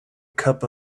cup